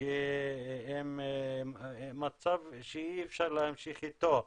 כי זה מצב שאי אפשר להמשיך איתו,